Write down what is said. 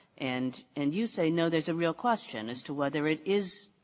and and you say, no, there's a real question as to whether it is